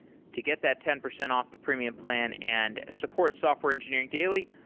to get that ten percent off the premium plan and support software engineering daily,